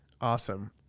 awesome